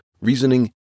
reasoning